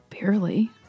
Barely